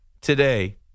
today